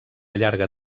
llarga